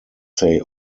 say